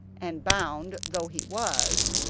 and bound though he was,